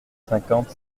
cinquante